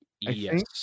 Yes